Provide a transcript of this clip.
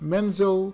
Menzo